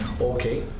Okay